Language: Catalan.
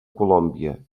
colòmbia